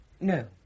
No